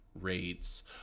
rates